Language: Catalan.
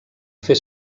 fer